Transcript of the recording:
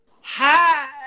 Hi